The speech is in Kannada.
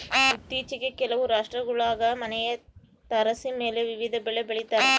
ಇತ್ತೀಚಿಗೆ ಕೆಲವು ರಾಷ್ಟ್ರಗುಳಾಗ ಮನೆಯ ತಾರಸಿಮೇಲೆ ವಿವಿಧ ಬೆಳೆ ಬೆಳಿತಾರ